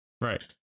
Right